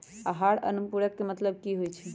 आहार अनुपूरक के मतलब की होइ छई?